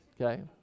okay